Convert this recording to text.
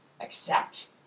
Accept